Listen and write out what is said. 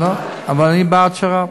אבל אני בעד שר"פ.